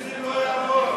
הפאשיזם לא יעבור.